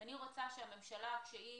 אני רוצה שהממשלה, כשהיא